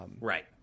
Right